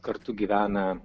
kartu gyvena